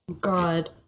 God